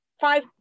five